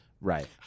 Right